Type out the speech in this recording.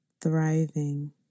thriving